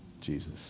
Jesus